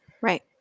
Right